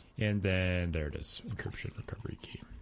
and then there it is encryption recovery key